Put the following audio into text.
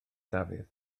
dafydd